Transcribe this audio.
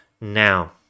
now